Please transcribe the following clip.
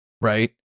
right